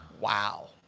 Wow